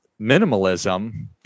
minimalism